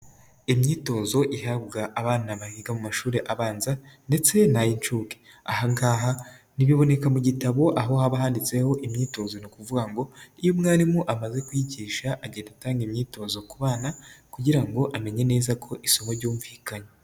Imyitozo ihabwa abana biga mu mashuri abanza ndetse nay'incuke. Ahangaha biboneka mu gitabo, aho haba handitseho imyitozo ni ukuvuga ngo iyo umwarimu amaze kuyigisha agenda atanga imyitozo ku bana kugira ngo amenye neza ko isomo ryumvikanye.